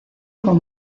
con